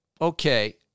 okay